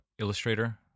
illustrator